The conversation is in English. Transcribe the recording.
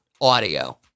audio